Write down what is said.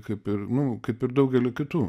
kaip ir nu kaip ir daugelį kitų